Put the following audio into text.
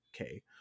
Okay